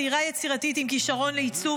צעירה יצירתית עם כישרון לעיצוב,